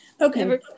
Okay